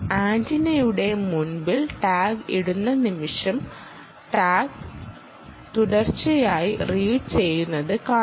ആന്റിനയുടെ മുൻപിൽ ടാഗ് ഇടുന്ന നിമിഷം താർ ച്ചയായി റീഡ് ചെയ്യുന്നത് കാണാം